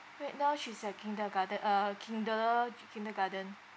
right now she's at kindergarten uh uh kinder~ ki~ kindergarten